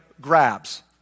grabs